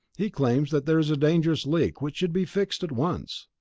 he claims that there is a dangerous leak which should be fixed at once.